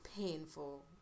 painful